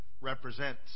represent